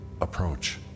approach